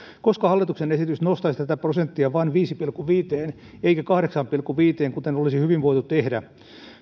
koska hallituksen esitys nostaisi tätä prosenttia vain viiteen pilkku viiteen eikä kahdeksaan pilkku viiteen kuten olisi hyvin voitu tehdä